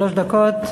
שלוש דקות.